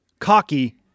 cocky